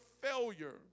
failure